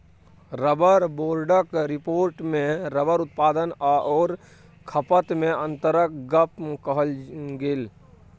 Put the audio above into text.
rubber बोर्डक रिपोर्टमे rubber उत्पादन आओर खपतमे अन्तरक गप कहल गेल